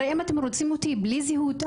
הרי אם אתם רוצים אותי בלי זהות,